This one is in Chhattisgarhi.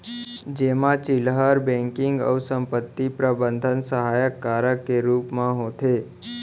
जेमा चिल्लहर बेंकिंग अउ संपत्ति प्रबंधन सहायक कारज के रूप म होथे